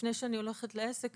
לפני שאני הולכת לעסק,